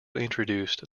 introduced